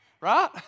Right